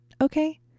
Okay